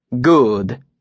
Good